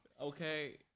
Okay